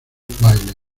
bailey